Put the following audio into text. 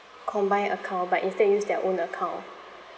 combined account but instead use their own account